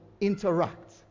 interact